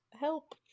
help